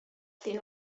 the